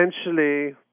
essentially